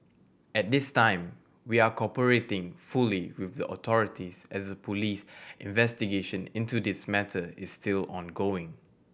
at this time we are cooperating fully with the authorities as a police investigation into this matter is still ongoing